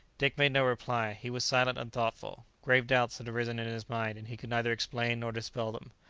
dick made no reply. he was silent and thoughtful. grave doubts had arisen in his mind, and he could neither explain nor dispel them.